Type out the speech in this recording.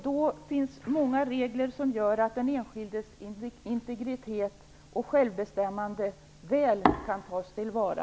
Då finns det många regler som gör att den enskildes integritet och självbestämmande väl kan tas till vara.